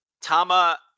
Tama